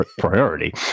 priority